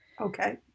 Okay